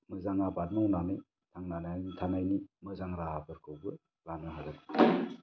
मोजां आबाद मावनानै थांनानै थानायनि मोजां राहाफोरखौबो लानो हागोन